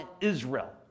Israel